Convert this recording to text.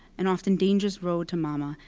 and often dangerous road to mama.